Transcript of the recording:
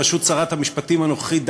בראשות שרת המשפטים הנוכחית,